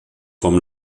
vom